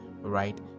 right